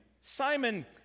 Simon